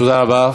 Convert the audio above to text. תודה רבה.